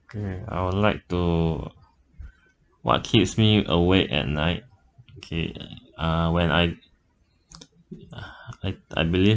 okay I would like to what keeps me awake at night okay uh when I I I believe